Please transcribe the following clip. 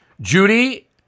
Judy